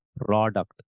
product